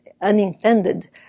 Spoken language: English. unintended